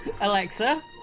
Alexa